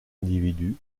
individu